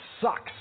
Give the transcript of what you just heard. sucks